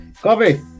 Coffee